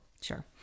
Sure